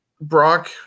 Brock